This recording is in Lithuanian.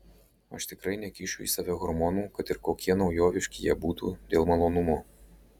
aš tikrai nekišiu į save hormonų kad ir kokie naujoviški jie būtų dėl malonumo